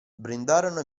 brindarono